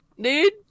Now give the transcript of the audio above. dude